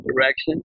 direction